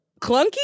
clunky